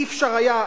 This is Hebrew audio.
אי-אפשר היה,